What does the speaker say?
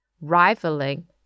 rivaling